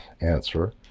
answer